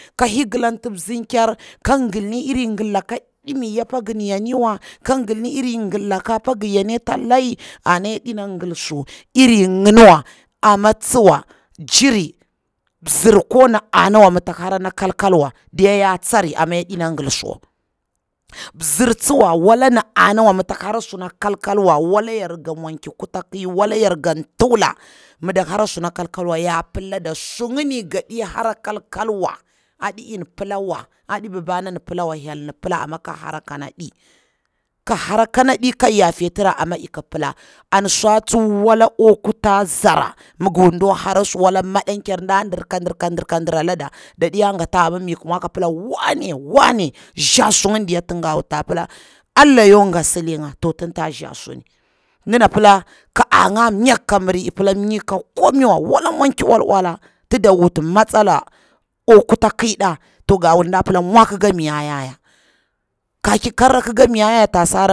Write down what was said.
Ka higilanti mzinker ka gi gilli ni iri laka ɗimiyya apa gan yaniwa, ka ngi gilni iri ngil laka apa ngi yoni cta layi, ana ina gilbu iri nginiwa amma tsuwa jiri mzir koni anawa mi tak hara kalkalwa diya ya tsari amma yaɗena gilsuwa. Mzir tsiwa wala na ana wa mataki hara suna kalkalwa wala yar ga mwanki kutaki, wala yar nga tuwula, midak hara suna kalkalwa ya pillaɗa su ngini gaɗi hara kalkalwa, aɗi in pila wa, aɗi baba nga on pillawa, hyel mi pila amma kara hasa kanaɗi, ka hara kanaɗi ka yafitira amma ik pilla, an swa tsuwa wak akwa kuta zara mi gi wuti nda kwa bara su wa madanker, na dir ka dir ka dir leda dadiya gata wa amma mi mwa ka pilla wanne wanne nza sungini diya tinga wut tsa pila allah yakwa ngo silir nga, to tin ta nza suni, dina pilla ka anga mnya ka miri ipilla myi ka komai wa, wala mwan ki wula ti da wuti matsala akwa kuta ƙiɗa ga wul nda pilla mwa kika gir yayaya, kadi ra kika miyar yayaya ka siri.